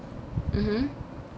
mmhmm